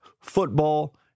football